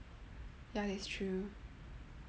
ya that's true